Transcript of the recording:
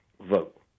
vote